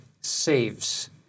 saves